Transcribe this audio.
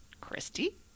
christy